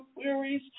queries